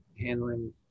handling